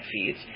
feeds